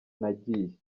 nagiye